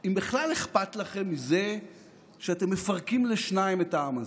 אם בכלל אכפת לכם מזה שאתם מפרקים לשניים את העם הזה,